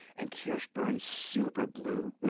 and kirsch burns super blue.